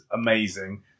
amazing